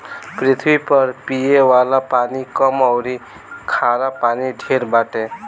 पृथ्वी पर पिये वाला पानी कम अउरी खारा पानी ढेर बाटे